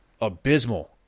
abysmal